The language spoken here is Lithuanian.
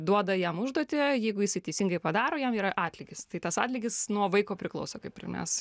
duoda jam užduotį jeigu jisai teisingai padaro jam yra atlygis tai tas atlygis nuo vaiko priklauso kaip ir mes